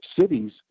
Cities